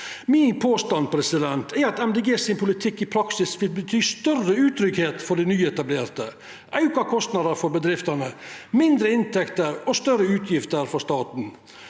Miljøpartiet Dei Grøne sin politikk i praksis vil bety større utryggleik for dei nyetablerte, auka kostnader for bedriftene, mindre inntekter og større utgifter for staten,